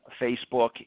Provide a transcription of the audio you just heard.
facebook